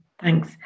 thanks